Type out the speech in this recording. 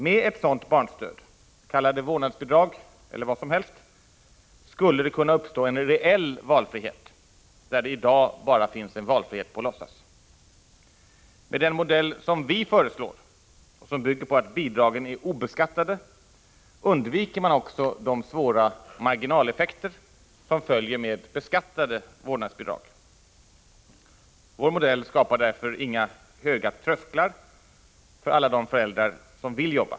Med ett sådant barnstöd— kalla det vårdnadsbidrag eller vad som helst — skulle det kunna uppstå en reell valfrihet, där det i dag bara finns en valfrihet på låtsas. Med den modell som vi föreslår, och som bygger på att bidragen är obeskattade, undviker man också de svåra marginaleffekter som följer med beskattade vårdnadsbidrag. Vår modell skapar därför inga höga trösklar för alla de föräldrar som vill jobba.